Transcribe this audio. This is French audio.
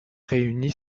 réunie